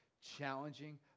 Challenging